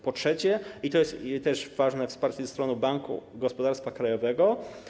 Po trzecie, i to jest też ważne, wsparcie ze strony Banku Gospodarstwa Krajowego.